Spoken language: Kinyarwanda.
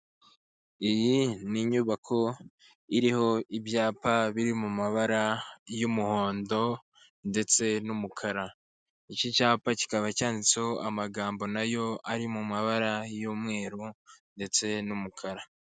Iyi ni inyubako iriho ibyapa biri mu mabara y'umuhondo ndetse n'umukara. Iki cyapa kikaba cyanditseho amagambo na yo ari mu mabara y'umweru ndetse n'umukara.